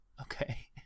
Okay